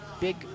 Big